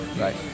Right